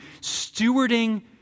stewarding